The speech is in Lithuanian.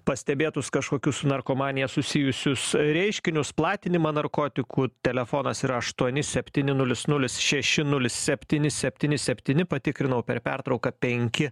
pastebėtus kažkokius su narkomanija susijusius reiškinius platinimą narkotikų telefonas yra aštuoni septyni nulis nulis šeši nulis septyni septyni septyni patikrinau per pertrauką penki